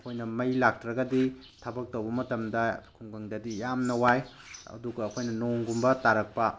ꯃꯈꯣꯏꯅ ꯃꯩ ꯂꯥꯛꯇ꯭ꯔꯒꯗꯤ ꯊꯕꯛ ꯇꯧꯕ ꯃꯇꯝꯗ ꯈꯨꯡꯒꯪꯗꯗꯤ ꯌꯥꯝꯅ ꯋꯥꯏ ꯑꯗꯨꯒ ꯑꯩꯈꯣꯏꯅ ꯅꯣꯡꯒꯨꯝꯕ ꯇꯥꯔꯛꯄ